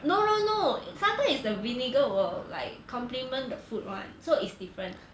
no no no sometimes is the vinegar will like complement the food [one] so it's different